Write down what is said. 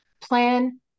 Plan